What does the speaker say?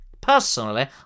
Personally